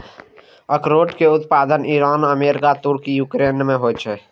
अखरोट के उत्पादन ईरान, अमेरिका, तुर्की, यूक्रेन आदि मे होइ छै